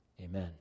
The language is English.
Amen